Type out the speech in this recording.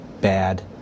bad